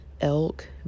elk